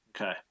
Okay